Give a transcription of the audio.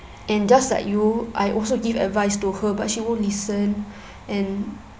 and just like you I also give advice to her but she won't listen and